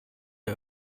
der